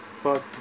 Fuck